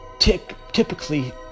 typically